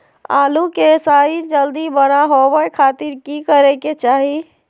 आलू के साइज जल्दी बड़ा होबे खातिर की करे के चाही?